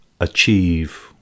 achieve